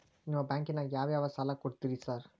ನಿಮ್ಮ ಬ್ಯಾಂಕಿನಾಗ ಯಾವ್ಯಾವ ಸಾಲ ಕೊಡ್ತೇರಿ ಸಾರ್?